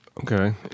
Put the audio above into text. Okay